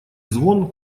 звон